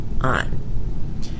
on